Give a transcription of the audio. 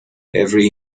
every